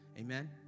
Amen